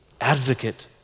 advocate